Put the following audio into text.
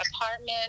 apartment